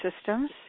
systems